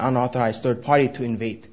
unauthorized third party to invade